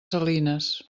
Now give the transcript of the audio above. salines